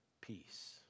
Peace